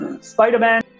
Spider-Man